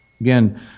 Again